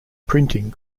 printing